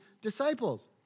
disciples